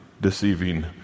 deceiving